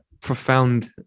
profound